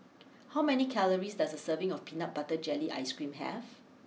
how many calories does a serving of Peanut Butter Jelly Ice cream have